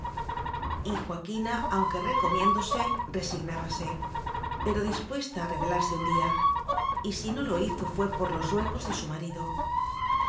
aunque recomiéndose resig nábase pero dispuesta a rebelarse un díay si no lo hizo fué por los ruegos de su ma